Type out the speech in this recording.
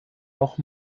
noch